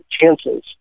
chances